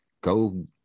go